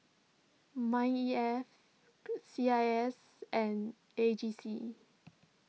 Mind E F C I S and A G C